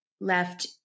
left